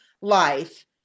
life